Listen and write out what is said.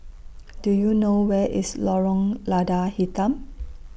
Do YOU know Where IS Lorong Lada Hitam